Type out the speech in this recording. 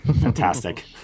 fantastic